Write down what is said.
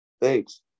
thanks